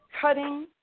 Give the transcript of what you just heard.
cutting